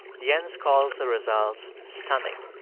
jens calls the results stunning,